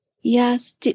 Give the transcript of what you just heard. Yes